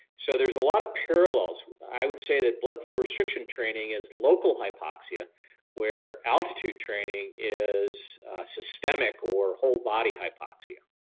so there's a lot of parallels. i would say that blood flow restriction training is local hypoxia where altitude training is systemic or whole body hypoxia.